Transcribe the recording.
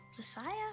Messiah